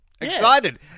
Excited